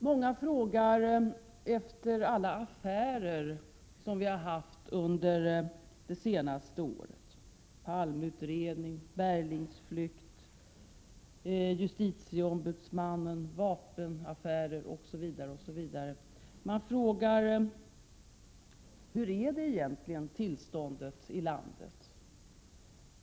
Många frågar om alla affärer som vi har haft under det senaste året: Palmeutredningen, Stig Berglings flykt, justitieombudsmannen, vapenaffärerna osv. Man frågar: Hur är egentligen tillståndet i landet?